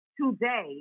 Today